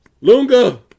Lunga